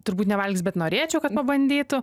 turbūt nevalgys bet norėčiau kad pabandytų